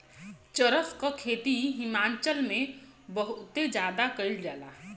चरस क खेती हिमाचल में बहुते जादा कइल जाला